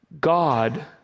God